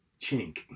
chink